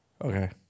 Okay